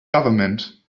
government